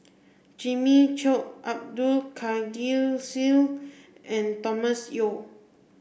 Jimmy Chok Abdul Kadir Syed and Thomas Yeo